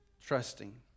Trusting